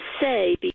say